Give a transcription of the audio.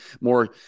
more